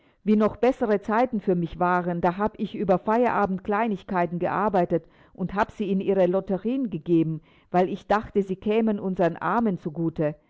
wie noch bessere zeiten für mich waren da hab ich über feierabend kleinigkeiten gearbeitet und hab sie in ihre lotterien gegeben weil ich dachte sie kämen unseren armen